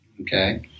Okay